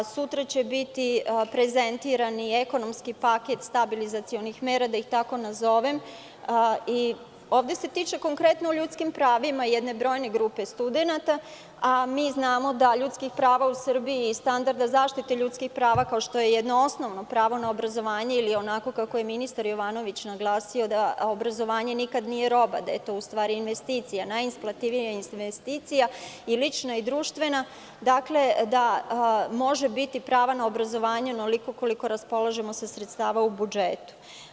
Sutra će biti prezentirani ekonomski paket stabilizacionog paketa mera, da ih tako nazovem, i ovde se radi o ljudskim pravima jedne brojne grupe studenata, a mi znamo da ljudskih prava u Srbiji i standarda zaštite ljudskih prava, kao što je jedno osnovno pravo na obrazovanje ili onako kako je ministar Jovanović naglasio da obrazovanje nikada nije roba, da je to u stvari investicija najisplatljivija i lična i društvena, da može biti prava na obrazovanje onoliko koliko raspolažemo sa sredstvima u budžetu.